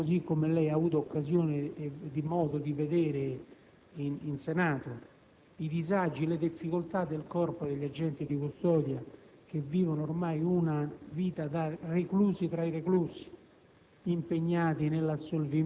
e che riguardano, così come lei ha avuto occasione e modo di vedere in Senato, i disagi e le difficoltà del Corpo degli agenti di custodia che vivono ormai una vita da reclusi tra i reclusi,